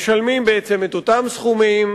משלמים את אותם סכומים,